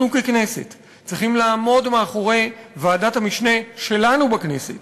אנחנו ככנסת צריכים לעמוד מאחורי ועדת המשנה שלנו בכנסת.